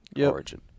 origin